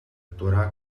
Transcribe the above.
actuarà